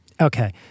Okay